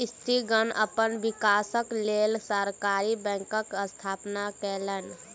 स्त्रीगण अपन विकासक लेल सहकारी बैंकक स्थापना केलैन